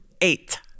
eight